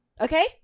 Okay